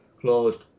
closed